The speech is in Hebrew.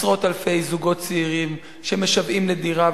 עשרות אלפי זוגות צעירים שמשוועים לדירה,